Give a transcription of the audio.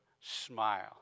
smile